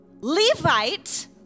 Levite